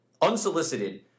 unsolicited